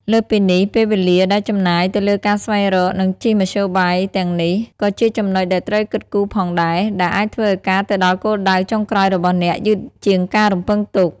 លើសពីនេះ ពេលវេលាដែលចំណាយទៅលើការស្វែងរក និងជិះមធ្យោបាយទាំងនេះ ក៏ជាចំណុចដែលត្រូវគិតគូរផងដែរ ដែលអាចធ្វើឱ្យការទៅដល់គោលដៅចុងក្រោយរបស់អ្នកយឺតជាងការរំពឹងទុក។